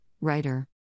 Writer